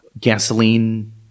gasoline